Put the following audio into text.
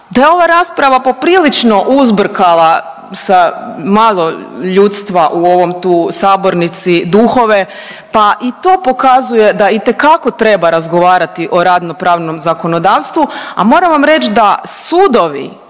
da je ova rasprava poprilično uzburkala sa malo ljudstva u ovom tu sabornici duhove, pa i to pokazuje da itekako treba razgovarati o radno-pravnom zakonodavstvu, a moram vam reći da sudovi